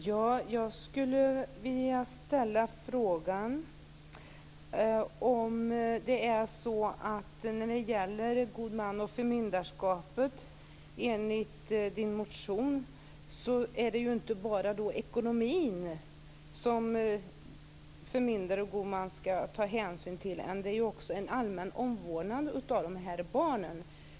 Fru talman! Jag vill ställa en fråga. Enligt Berit Adolfssons motion är det inte bara ekonomin som förmyndare och god man ska ta hänsyn till, utan det handlar också om en allmän omvårdnad av dessa barn.